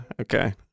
Okay